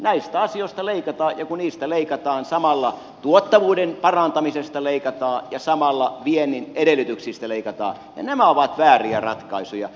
näistä asioista leikataan ja kun niistä leikataan samalla tuottavuuden parantamisesta leikataan ja samalla viennin edellytyksistä leikataan ja nämä ovat vääriä ratkaisuja